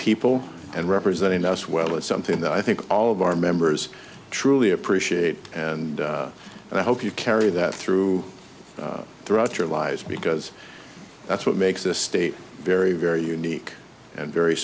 people and representing us well is something that i think all of our members truly appreciate and i hope you carry that through throughout your lies because that's what makes this state very very unique and very